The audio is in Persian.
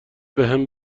بهم